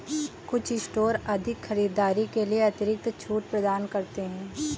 कुछ स्टोर अधिक खरीदारी के लिए अतिरिक्त छूट प्रदान करते हैं